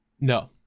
No